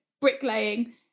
bricklaying